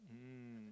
mm